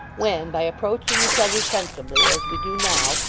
when, by approaching each other sensibly, as we do now,